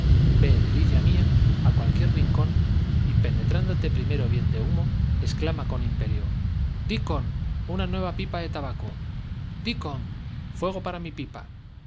ve delicia mía a cualquier rincón y penetrándote primero bien de humo exclama con imperio dickon una nueva pipa de tabaco dickon fuego para mi pipa